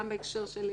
גם בהקשר של קבלת...